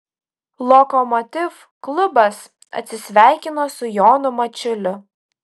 lokomotiv klubas atsisveikino su jonu mačiuliu